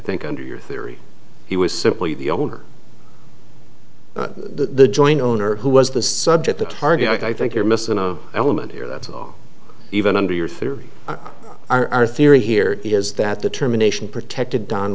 think under your theory he was simply the owner the joint owner who was the subject the target i think you're missing the element here that's even under your theory our theory here is that determination protected don